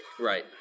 Right